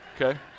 Okay